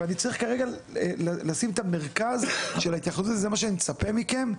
ואני צריך כרגע וזה מה שאני מצפה מכם,